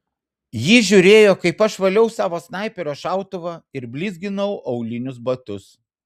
ji žiūrėjo kaip aš valiau savo snaiperio šautuvą ir blizginau aulinius batus